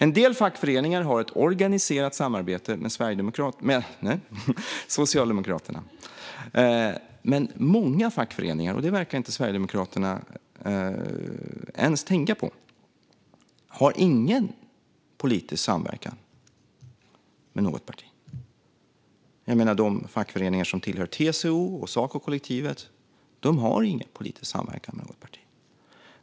En del fackföreningar har ett organiserat samarbete med Socialdemokraterna. Men många fackföreningar - och detta verkar Sverigedemokraterna inte ens tänka på - har ingen politisk samverkan med något parti. De fackföreningar som tillhör TCO och Sacokollektivet har ingen politisk samverkan med vårt parti.